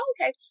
okay